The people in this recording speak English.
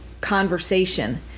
conversation